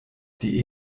die